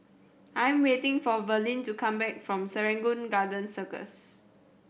I am waiting for Verlene to come back from Serangoon Garden Circus